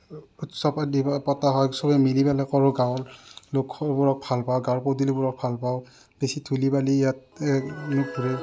উৎসৱ আদি পতা হয় চবে মিলি পেলাই কৰোঁ গাঁৱৰ লোকবোৰক ভাল পাওঁ গাঁৱৰ পদূলিবোৰক ভাল পাওঁ বেছি ধূলি বালি ইয়াত ধৰে